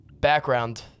background